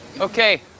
Okay